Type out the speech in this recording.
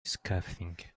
scathing